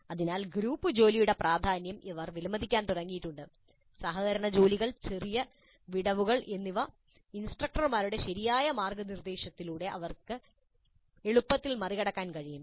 അതിനാൽ ഗ്രൂപ്പ് ജോലിയുടെ പ്രാധാന്യം അവർ വിലമതിക്കാൻ തുടങ്ങിയിട്ടുണ്ട് സഹകരണ ജോലികൾ ചെറിയ വിടവുകൾ എന്നിവ ഇൻസ്ട്രക്ടർമാരുടെ ശരിയായ മാർഗനിർദ്ദേശത്തിലൂടെ എളുപ്പത്തിൽ മറികടക്കാൻ കഴിയും